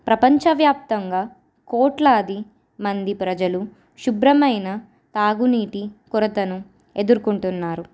ప్రపంచవ్యాప్తంగా కోట్లాది మంది ప్రజలు శుభ్రమైన తాగునీటి కొరతను ఎదుర్కొంటున్నారు